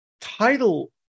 title